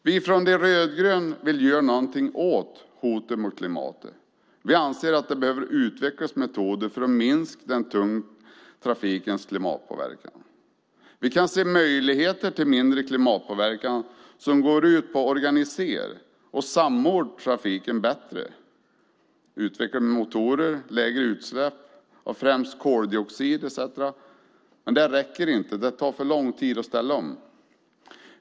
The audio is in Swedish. Vi från De rödgröna vill göra någonting åt hotet mot klimatet. Vi anser att det behöver utvecklas metoder för att minska den tunga trafikens klimatpåverkan. Vi kan se möjligheter till mindre klimatpåverkan som går ut på att organisera och samordna trafiken bättre, utvecklade motorer och lägre utsläpp av främst koldioxid etcetera, men det räcker inte. Det tar för lång tid att ställa om.